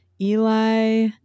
Eli